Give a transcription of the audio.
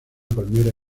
palmera